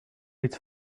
its